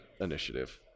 Initiative